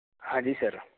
हाँ जी सर